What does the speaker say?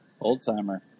Old-timer